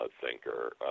Thinker